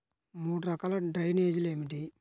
మూడు రకాల డ్రైనేజీలు ఏమిటి?